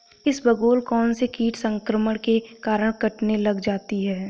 इसबगोल कौनसे कीट संक्रमण के कारण कटने लग जाती है?